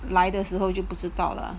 来的时候就不知道 lah